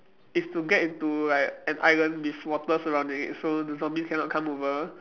is to get into like an island with water surrounding it so the zombies cannot come over